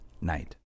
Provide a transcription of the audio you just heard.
Night